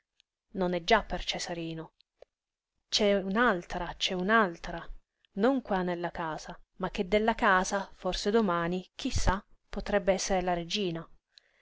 non è già per cesarino c'è un'altra c'è un'altra non qua nella casa ma che della casa forse domani chi sa potrebbe essere la regina